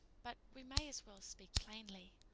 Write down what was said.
but we may as well speak plainly.